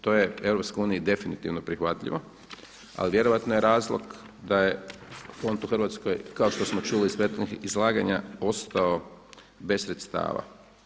To je u EU definitivno prihvatljivo, ali vjerojatno je razlog da je fond u Hrvatskoj kao što smo čuli iz prethodnih izlaganja ostao bez sredstava.